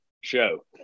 show